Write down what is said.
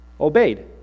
obeyed